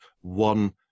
one